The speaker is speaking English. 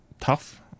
tough